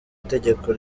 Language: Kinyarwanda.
itegeko